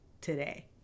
today